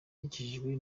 bakijijwe